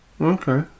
Okay